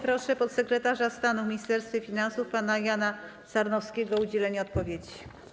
Proszę podsekretarza stanu w Ministerstwie Finansów pana Jana Sarnowskiego o udzielenie odpowiedzi.